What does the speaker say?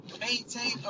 maintain